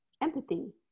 empathy